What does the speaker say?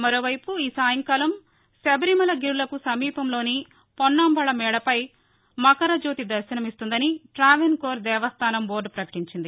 మరోవైపు ఈ సాయంకాలం శబరిమల గిరులకు సమీపంలోని పొన్నాంబళ మేడుపై మకర జ్యోతి దర్భనం ఇస్తుందని ట్రావెస్ కోర్ దేవస్థానం బోర్డు పకటించింది